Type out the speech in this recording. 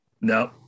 No